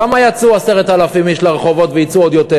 למה יצאו 10,000 איש לרחובות ויצאו עוד יותר?